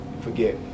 forget